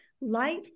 light